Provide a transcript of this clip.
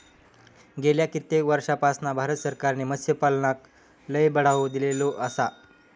गेल्या कित्येक वर्षापासना भारत सरकारने मत्स्यपालनाक लय बढावो दिलेलो आसा